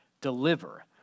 Deliver